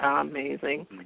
amazing